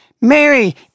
Mary